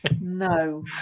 No